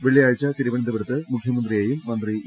വെള്ളിയാഴ്ച്ച തിരുവനന്ത പുരത്ത് മുഖ്യമന്ത്രിയേയും മന്ത്രി ഇ